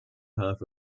half